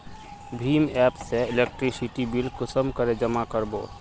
भीम app से electricity bill कुंसम करे जमा कर बो?